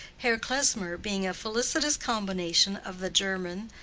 herr klesmer being a felicitous combination of the german,